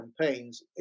campaigns